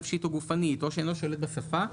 נפשית או גופנית או שאינו שולט בשפה,